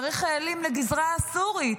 צריך חיילים לגזרה הסורית,